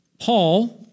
Paul